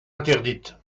interdite